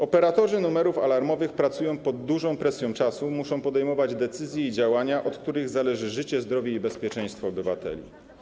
Operatorzy numerów alarmowych pracują pod presją czasu, muszą podejmować decyzje i działania, od których zależy życie, zdrowie i bezpieczeństwo obywateli.